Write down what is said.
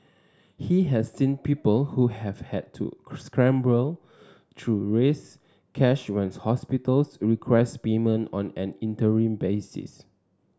he has seen people who have had to scramble to raise cash when hospitals request payment on an interim basis